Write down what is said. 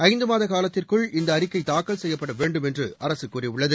ஐந்துமாதகாலத்திற்குள் இந்தஅறிக்கைதாக்கல் செய்யப்படவேண்டும் என்றுஅரசுகூறியுள்ளது